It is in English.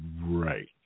Right